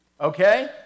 okay